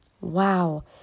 Wow